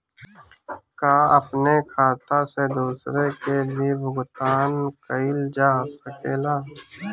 का अपने खाता से दूसरे के भी भुगतान कइल जा सके ला?